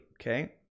okay